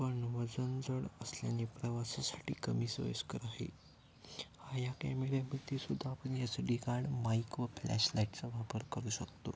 पण वजन जड असल्याने प्रवासासाठी कमी सोयीस्कर आहे हा या कॅमेऱ्याबाबतीत सुद्धा आपण एस डी कार्ड माईक व फ्लॅशलाईटचा वापर करू शकतो